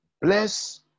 bless